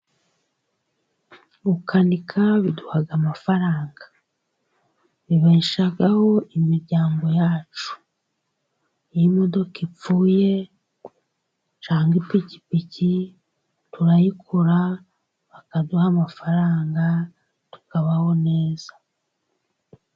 Gukanika biduha amafaranga, bibeshaho imiryango yacu. Iyo imodoka ipfuye cyangwa ipikipiki, turayikora bakaduha amafaranga, tukabaho neza.